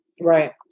right